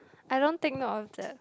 I don't take note of that